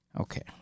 Okay